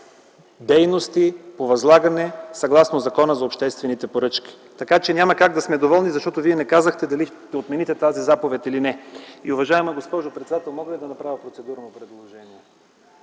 дейности по възлагане съгласно Закона за обществените поръчки. Така че няма как да сме доволни, защото Вие не казахте дали ще отмените тази заповед или не. Уважаема госпожо председател, мога ли да направя процедурно предложение?